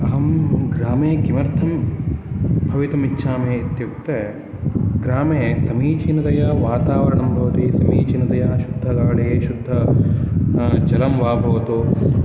अहं ग्रामे किमर्थं भवितुम् इच्छामि इत्युक्ते ग्रामे समीचीनतया वातावरणं भवति समीचीनतया शुद्धगाळि शुद्धजलं वा भवतु